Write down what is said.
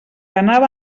anava